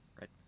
Right